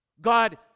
God